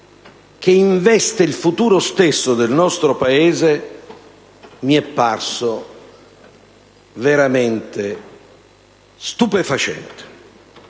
che investe il futuro stesso del nostro Paese, mi è parso veramente stupefacente.